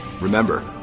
Remember